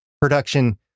production